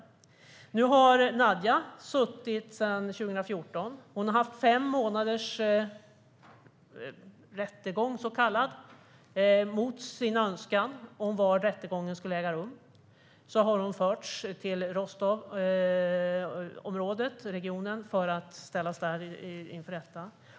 Nu har Nadija suttit frihetsberövad sedan 2014. Hon har deltagit i en fem månader lång så kallad rättegång mot sin önskan om var den skulle äga rum. Hon fördes till Rostovregionen för att där ställas inför rätta.